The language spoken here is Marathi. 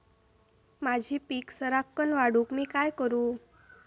माझी पीक सराक्कन वाढूक मी काय करू?